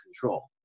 control